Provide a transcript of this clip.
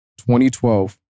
2012